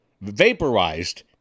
vaporized